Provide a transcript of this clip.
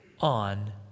on